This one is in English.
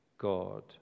God